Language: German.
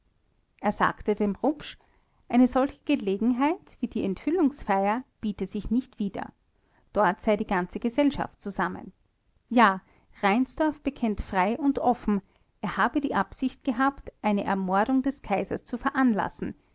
er sagte dem rupsch eine solche gelegenheit wie die enthüllungsfeier biete sich nicht wieder dort sei die ganze gesellschaft zusammen ja reinsdorf bekennt frei und offen er habe die absicht gehabt eine ermordung des kaisers zu veranlassen